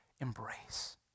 embrace